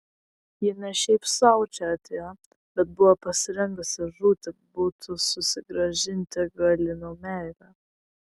ji ne šiaip sau čia atėjo bet buvo pasirengusi žūti būti susigrąžinti galinio meilę